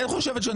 תן לי לסיים.